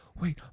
Wait